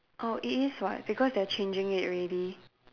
oh it is [what] because they are changing it already